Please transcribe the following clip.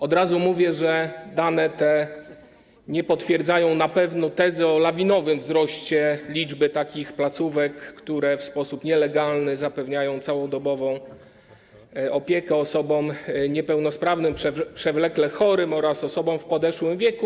Od razu mówię, że dane te nie potwierdzają na pewno tezy o lawinowym wzroście liczby placówek, które w sposób nielegalny zapewniają całodobową opiekę osobom niepełnosprawnym, przewlekle chorym oraz osobom w podeszłym wieku.